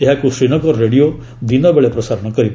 ଏହାକୁ ଶ୍ରୀନଗର ରେଡିଓ ଦିନ ବେଳେ ପ୍ରସାରଣ କରିବ